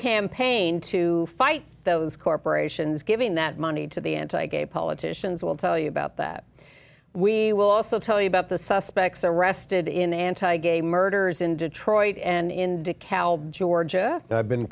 campaign to fight those corporations giving that money to the anti gay politicians will tell you about that we will also tell you about the suspects arrested in anti gay murders in detroit and in dekalb georgia i've been